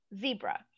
zebra